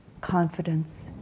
confidence